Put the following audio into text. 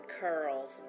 curls